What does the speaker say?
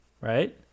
Right